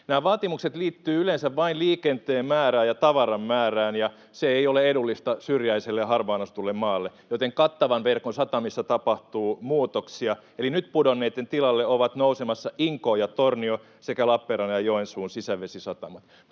vaatimukset liittyvät yleensä vain liikenteen määrään ja tavaran määrään, ja se ei ole edullista syrjäiselle ja harvaan asutulle maalle, joten kattavan verkon satamissa tapahtuu muutoksia. Eli nyt pudonneitten tilalle ovat nousemassa Inkoo ja Tornio sekä Lappeenrannan ja Joensuun sisävesisatamat.